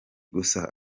gusa